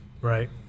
right